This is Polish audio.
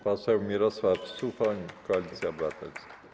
Poseł Mirosław Suchoń, Koalicja Obywatelska.